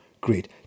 great